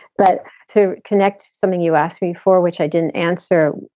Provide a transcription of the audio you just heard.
but to connect something you ask me for which i didn't answer,